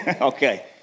Okay